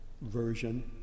version